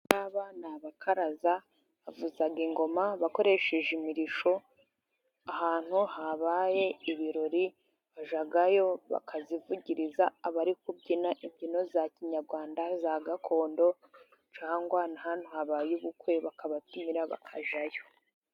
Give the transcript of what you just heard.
Aba ni abakaraza bavuza ingoma bakoresheje imirishyo ahantu habaye ibirori bajyayo bakazivugiriza abari kubyina imbyino za kinyarwanda za gakondo cyangwa ahabaye ubukwe bakababyinira bakajyayo.